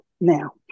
now